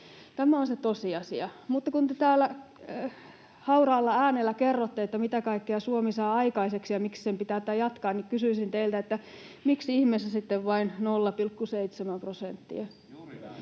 Tämä on se tosiasia. Mutta kun te täällä hauraalla äänellä kerrotte, mitä kaikkea Suomi saa aikaiseksi ja miksi sen pitää tätä jatkaa, niin kysyisin teiltä: Miksi ihmeessä sitten vain 0,7 prosenttia?